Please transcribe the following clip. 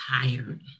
tired